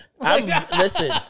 Listen